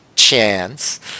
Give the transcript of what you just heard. Chance